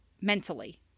mentally